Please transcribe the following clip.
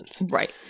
Right